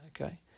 okay